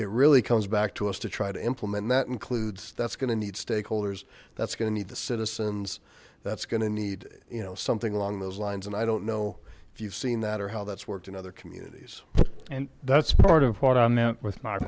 it really comes back to us to try to implement that includes that's going to need stakeholders that's going to need the citizens that's going to need you know something along those lines and i don't know if you've seen that or how that's worked in other communities and that's part of what i meant with my